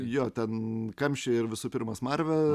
jo ten kamščiai ir visų pirma smarvė